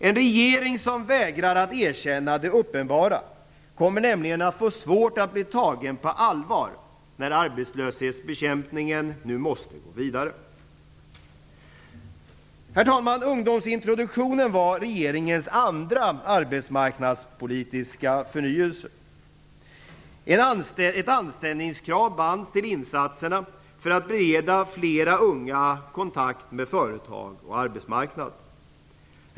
En regering som vägrar att erkänna det uppenbara kommer nämligen att få svårt att bli tagen på allvar när arbetslöshetsbekämpningen nu måste gå vidare. Herr talman! Ungdomsintroduktionen var regeringens andra arbetsmarknadspolitiska förnyelse. Ett anställningskrav bands till insatserna för att bereda flera unga kontakt med företag och arbetsmarknad.